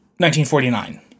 1949